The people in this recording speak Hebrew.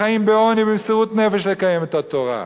וחיים בעוני ובמסירות נפש לקיים את התורה.